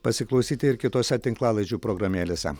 pasiklausyti ir kitose tinklalaidžių programėlėse